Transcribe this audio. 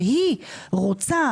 והיא רוצה